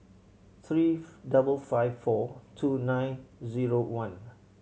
three double five four two nine zero one